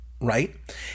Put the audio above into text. right